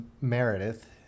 Meredith